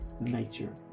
nature